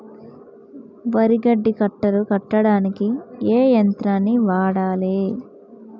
వరి గడ్డి కట్టలు కట్టడానికి ఏ యంత్రాన్ని వాడాలే?